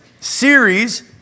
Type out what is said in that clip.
series